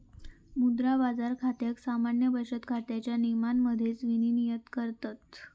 मुद्रा बाजार खात्याक सामान्य बचत खात्याच्या नियमांमध्येच विनियमित करतत